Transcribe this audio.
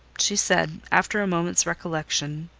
she said, after a moment's recollection,